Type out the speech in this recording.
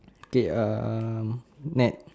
okay um net